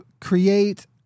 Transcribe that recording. create